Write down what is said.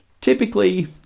Typically